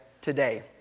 today